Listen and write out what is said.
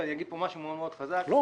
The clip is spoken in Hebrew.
ואני אגיד פה משהו מאוד מאוד חזק --- אתה